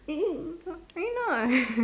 eh no lah